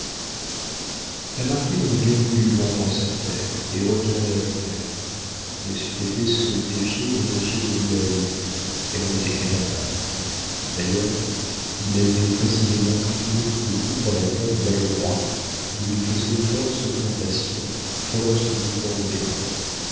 la marquise aurait bien voulu vendre sa terre et retourner à genève mais c'eût été se défier de monsieur de nueil elle en était incapable d'ailleurs il avait précisément pris beaucoup de goût pour la terre de valleroy où il faisait force plantations force mouvements de terrains